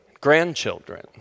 grandchildren